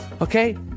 Okay